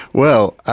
well,